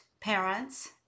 parents